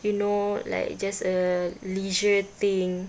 you know like just a leisure thing